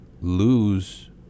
lose